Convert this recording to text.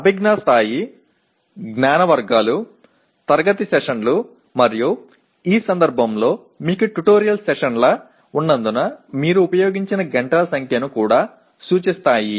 అభిజ్ఞా స్థాయి జ్ఞాన వర్గాలు తరగతి గది సెషన్లు మరియు ఈ సందర్భంలో మీకు ట్యుటోరియల్ సెషన్లు ఉన్నందున మీరు ఉపయోగించిన గంటల సంఖ్యను కూడా సూచిస్తారు